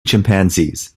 chimpanzees